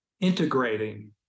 integrating